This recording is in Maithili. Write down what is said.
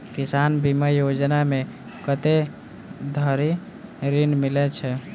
किसान बीमा योजना मे कत्ते धरि ऋण मिलय छै?